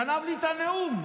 גנב לי את הנאום,